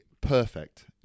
perfect